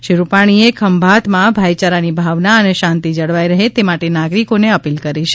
શ્રી રૂપાણી એ ખંભાતમાં ભાઇયારાની ભાવના અને શાંતિ જળવાઇ રહે તે માટે નાગરિકોને અપીલ કરી છે